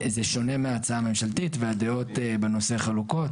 זה שונה מההצעה הממשלתית, והדעות בנושא חלוקות.